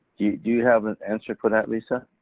you have an answer for that, lisa?